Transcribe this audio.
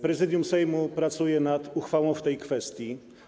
Prezydium Sejmu pracuje nad uchwałą w tej kwestii.